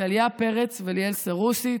טליה פרץ וליאל סרוסי,